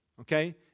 Okay